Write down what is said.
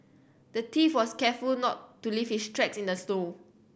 the thief was careful not to leave his tracks in the snow